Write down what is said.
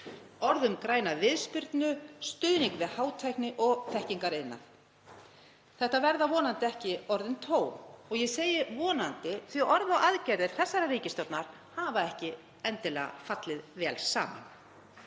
Orð um græna viðspyrnu, stuðning við hátækni og þekkingariðnað. Þetta verða vonandi ekki orðin tóm. Ég segi vonandi því orð og aðgerðir þessarar ríkisstjórnar hafa ekki fallið vel saman.